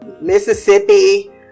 Mississippi